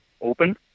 open